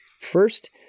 First